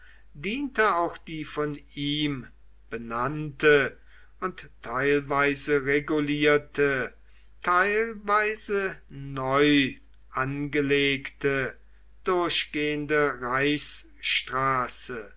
diente auch die von ihm benannte und teilweise regulierte teilweise neu angelegte durchgehende